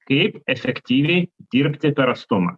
kaip efektyviai dirbti per atstumą